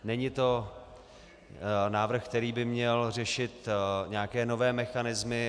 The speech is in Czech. Není to návrh, který by měl řešit nějaké nové mechanismy.